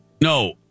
No